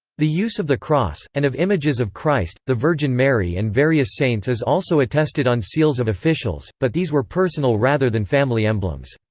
the use of the cross, and of images of christ, the virgin mary and various saints is also attested on seals of officials, but these were personal rather than family emblems.